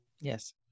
Yes